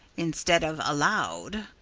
instead of aloud.